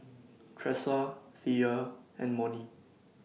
Tressa Thea and Monnie